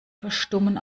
verstummen